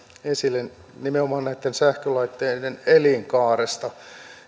esille nimenomaan näitten sähkölaitteiden elinkaaresta